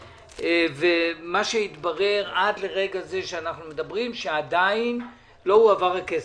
מה שהתברר עד לרגע זה שאנחנו מדברים הוא שעדיין לא הועבר הכסף.